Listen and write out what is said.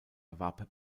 erwarb